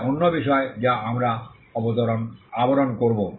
যা অন্য বিষয় যা আমরা আবরণ করব